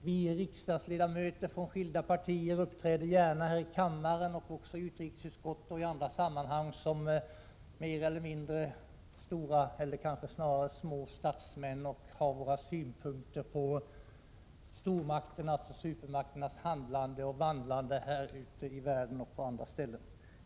Vi riksdagsledamöter från skilda partier uppträder gärna här i kammaren, i utrikesutskottet och i andra sammanhang som mer eller mindre stora, eller kanske snarare små, statsmän — vi har våra synpunkter på stormakternas och supermakternas handel och vandel på skilda håll i världen.